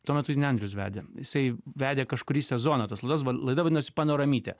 tuo metu ne andrius vedė jisai vedė kažkurį sezoną tos laidos laida vadinosi panoramytė